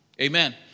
Amen